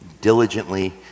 diligently